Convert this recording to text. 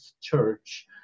Church